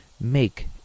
make